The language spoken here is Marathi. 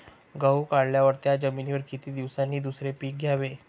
गहू काढल्यावर त्या जमिनीवर किती दिवसांनी दुसरे पीक घ्यावे?